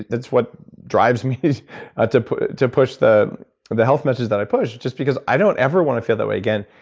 that's what drives me ah to to push the the health message that i push. just because i don't ever want to feel that way again.